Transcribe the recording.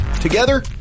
together